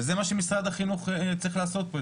וזה מה שמשרד החינוך צריך לעשות פה,